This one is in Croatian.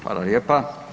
Hvala lijepa.